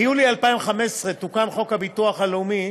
ביולי 2015 תוקן חוק הביטוח הלאומי